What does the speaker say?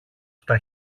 στα